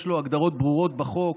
יש לו הגדרות ברורות בחוק